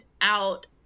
out